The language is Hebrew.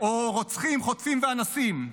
או רוצחים, חוטפים ואנסים,